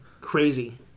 crazy